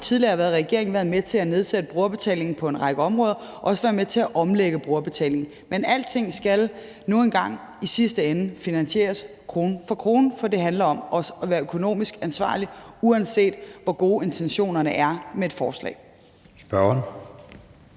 har været i regering, været med til at nedsætte brugerbetalingen på en række områder og også været med til at omlægge brugerbetalingen. Men alting skal nu engang i sidste ende finansieres krone for krone, for det handler om også at være økonomisk ansvarlig, uanset hvor gode intentionerne med et forslag